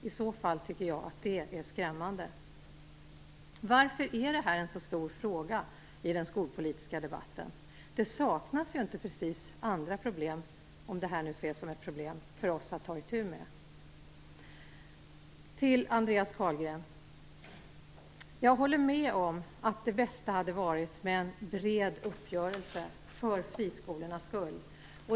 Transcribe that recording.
I så fall tycker jag att det är skrämmande. Varför är detta en så stor fråga i den skolpolitiska debatten? Det saknas ju inte precis andra problem, om nu detta ses som ett problem för oss, att ta itu med. Till Andreas Carlgren vill jag säga följande. Jag håller med om att det bästa hade varit en bred uppgörelse för friskolornas skull.